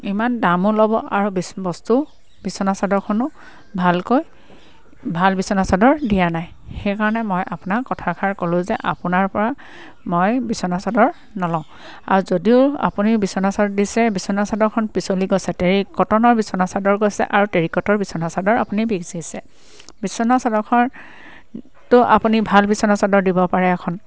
ইমান দামো ল'ব আৰু বস্তু বিছনাচাদৰখনো ভালকৈ ভাল বিছনাচাদৰ দিয়া নাই সেইকাৰণে মই আপোনাক কথাষাৰ ক'লোঁ যে আপোনাৰ পৰা মই বিছনাচাদৰ নলওঁ আৰু যদিও আপুনি বিছনাচাদৰ দিছে বিছনাচাদৰখন পিচলি গৈছে তেৰি কটনৰ বিছনাচাদৰ কৈছে আৰু তেৰিকটৰ বিছনাচাদৰ আপুনি বেচিছে বিছনাচাদৰখনটো আপুনি ভাল বিছনাচাদৰ দিব পাৰে এখন